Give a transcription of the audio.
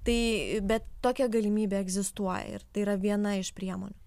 tai bet tokia galimybė egzistuoja ir tai yra viena iš priemonių